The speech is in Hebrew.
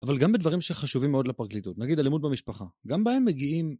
אבל גם בדברים שחשובים מאוד לפרקליטות, נגיד אלימות במשפחה, גם בהם מגיעים...